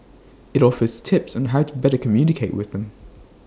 IT offers tips on how to better communicate with them